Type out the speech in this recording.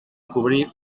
cobrir